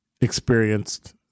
experienced